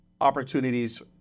opportunities